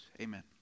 Amen